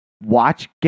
watch